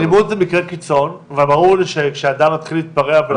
אלימות זה מקרה קיצון וברור לי כשאדם מתחיל להתפרע.